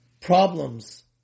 problems